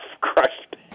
crushed